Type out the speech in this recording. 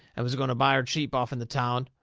and was going to buy her cheap offn the town,